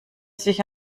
sich